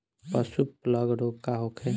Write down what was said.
पशु प्लग रोग का होखे?